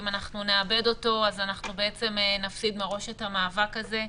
אם אנחנו נאבד אותו אז אנחנו בעצם נפסיד מראש את המאבק הזה.